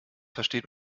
versteht